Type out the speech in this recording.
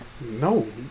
No